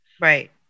Right